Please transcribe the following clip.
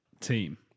team